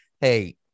Hey